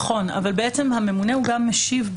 נכון אבל בעצם הממונה הוא גם משיב.